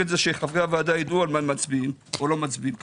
שחברי הוועדה יידעו על מה הם מצביעים או לא מצביעים כרגע.